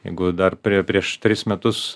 jeigu dar prie prieš tris metus